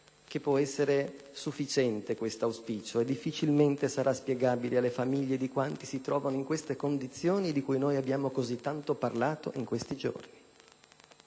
che può essere sufficiente questo auspicio; difficilmente sarà spiegabile alle famiglie di quanti si trovano in queste condizioni e di cui abbiamo così tanto parlato in questi giorni.